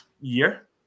year